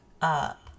up